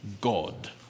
God